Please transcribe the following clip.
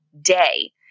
day